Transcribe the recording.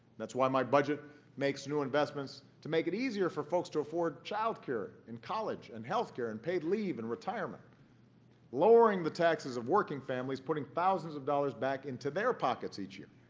that's why my budget makes new investments to make it easier for folks to afford child care and college and health care and paid leave and retirement lowering the taxes of working families, putting thousands of dollars back into their pockets each year.